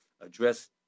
address